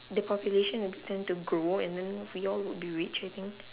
the population will be tend to grow and then we all would be rich I think